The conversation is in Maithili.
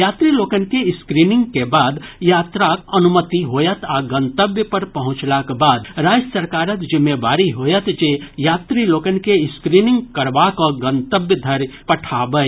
यात्री लोकनि के स्क्रीनिंग के बाद यात्राक अनुमति होयत आ गंतव्य पर पहुंचलाक बाद राज्य सरकारक जिम्मेवारी होयत जे यात्री लोकनि के स्क्रीनिंग करबा कऽ गंतव्य धरि पठाबय